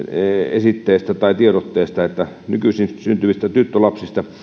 esitteestä tai tiedotteesta että nykyisin syntyvistä tyttölapsista